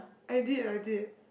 I did I did